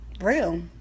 real